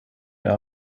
mehr